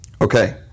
Okay